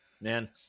man